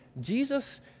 Jesus